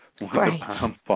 Right